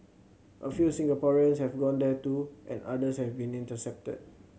a few Singaporeans have gone there too and others have been intercepted